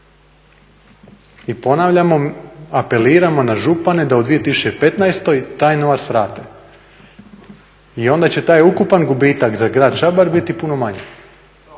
I ponavljamo, apeliramo na župane da u 2015. taj novac vrate i onda će taj ukupan gubitak za grad Čabar biti puno manji.